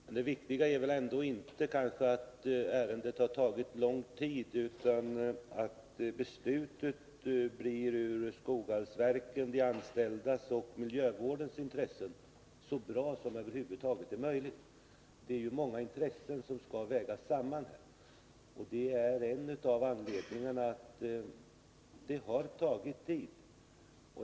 Men det viktiga är kanske ändå inte att ärendet tagit lång tid utan att beslutet ur Skoghallsverkens, de anställdas och miljövårdens intressen blir så bra som det över huvud taget är möjligt. Det är många intressen som här skall vägas samman, och det är en av anledningarna till att det har tagit tid.